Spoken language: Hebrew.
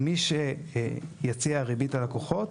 מי שיציע ריבית ללקוחות,